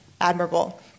admirable